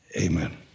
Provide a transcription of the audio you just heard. Amen